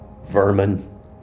vermin